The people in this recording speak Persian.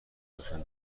گذاشتن